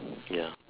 ya